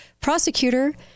prosecutor